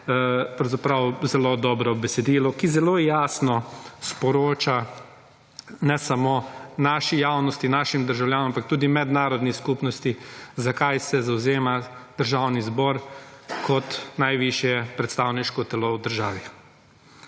pravzaprav zelo dobro besedilo, ki zelo jasno sporoča ne samo naši javnosti, našim državljanom ampak tudi mednarodni skupnosti, za kaj se zavzema Državni zbor kot najvišje predstavniško telo v državi.